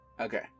Okay